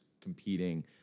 competing